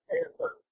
answer